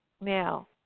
Now